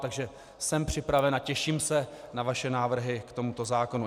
Takže jsem připraven a těším se na vaše návrhy k tomuto zákonu.